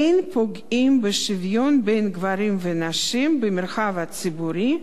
אין פוגעים בשוויון בין גברים ונשים במרחב הציבורי,